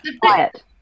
quiet